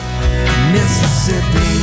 Mississippi